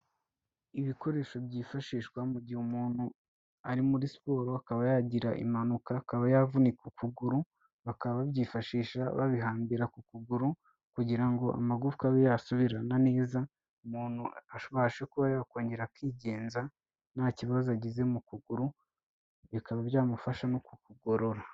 Ibikoresho byifashishwa mu gihe umuntu ari muri siporo akaba yagira impanuka, akaba yavunika ukuguru, bakaba babyifashisha babihambira ku kuguru kugira ngo amagufwa abe yasubirane neza umuntu abashe kuba yakongera akigenza nta kibazo agize mu kuguru, bikaba byamufasha no kukugorora.